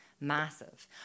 massive